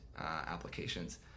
applications